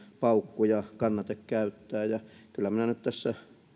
paukkuja kannata käyttää ja kyllä minä nyt tässä